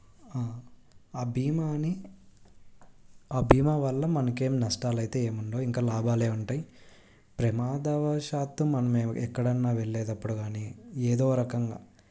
ఆ భీమాని ఆ భీమా వల్ల మనకు ఏం నష్టాలు అయితే ఏమి ఉండవు ఇంకా లాభాలే ఉంటాయి ప్రమాదవశాత్తు మనమే ఎక్కడైనా వెళ్ళేటప్పుడు కానీ ఏదో రకంగా